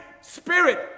Spirit